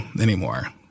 anymore